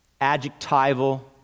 adjectival